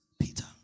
Peter